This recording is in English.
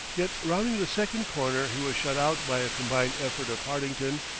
yet rounding the second corner he was shut out by a combined effort of hartington,